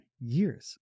years